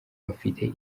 bafite